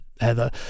Heather